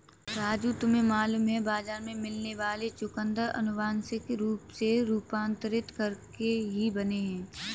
राजू तुम्हें मालूम है बाजार में मिलने वाले चुकंदर अनुवांशिक रूप से रूपांतरित करके ही बने हैं